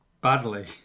badly